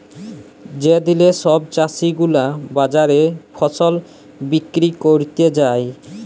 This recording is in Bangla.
যে দিলে সব চাষী গুলা বাজারে ফসল বিক্রি ক্যরতে যায়